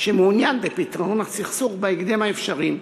ומעוניין בפתרון הסכסוך בהקדם האפשרי.